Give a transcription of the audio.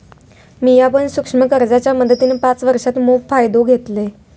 मिया पण सूक्ष्म कर्जाच्या मदतीन पाच वर्षांत मोप फायदो घेतलंय